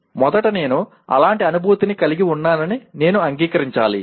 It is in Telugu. మొదట నేను అలాంటి అనుభూతిని కలిగి ఉన్నానని నేను అంగీకరించాలి